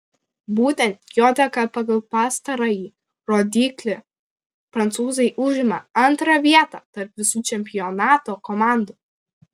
būtent jo dėka pagal pastarąjį rodiklį prancūzai užima antrą vietą tarp visų čempionato komandų